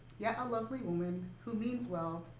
yet, a lovely woman who means well,